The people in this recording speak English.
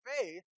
faith